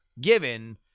given